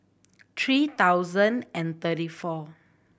three thousand and thirty four